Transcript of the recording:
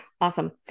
Awesome